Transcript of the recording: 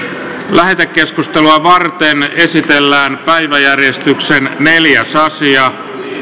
lähetekeskustelua varten esitellään päiväjärjestyksen neljäs asia